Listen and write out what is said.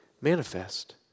manifest